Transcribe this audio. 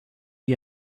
die